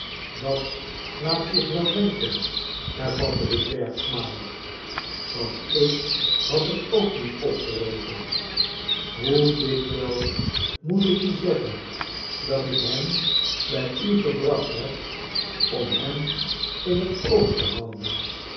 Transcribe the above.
dat laat zich wel denken hervatte de dwerg smalend want ik had er ook niet op gerekend hoe dikwijls moet ik u zeggen dat ik hem bij u gebracht heb om hem in het oog te houden